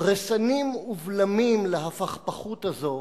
רסנים ובלמים להפכפכות הזו